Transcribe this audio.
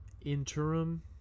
interim